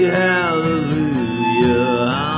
hallelujah